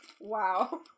wow